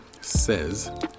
says